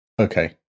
Okay